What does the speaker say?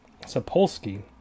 Sapolsky